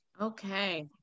Okay